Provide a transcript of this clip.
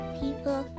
people